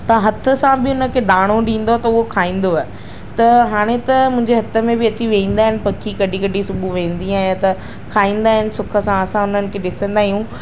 तव्हां हथ सां बि उनखे दाणो ॾींदव त उहे खाईंदव त हाणे त मुंहिंजे हथ में बि अची वेंदा आहिनि पखी कॾहिं कॾहिं सुबुहु वेंदी आहियां त खाईंदा आहिनि सुख सां असां उनखे ॾिसंदा आहियूं